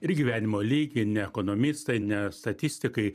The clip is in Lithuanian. ir gyvenimo lygį ne ekonomistai ne statistikai